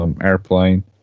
airplane